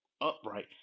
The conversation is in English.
upright